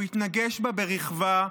הוא התנגש בה ברכבה,